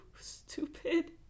stupid